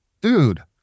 dude